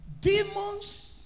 demons